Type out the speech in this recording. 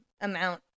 amount